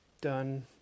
done